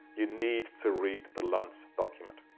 you need to read the luntz document.